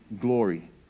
glory